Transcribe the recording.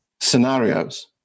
scenarios